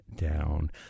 down